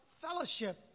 fellowship